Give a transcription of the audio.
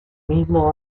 mismo